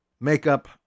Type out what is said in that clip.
Makeup